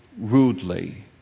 rudely